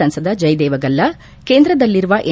ಸಂಸದ ಜಯದೇವ ಗಲ್ಲಾ ಕೇಂದ್ರದಲ್ಲಿರುವ ಎನ್